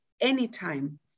anytime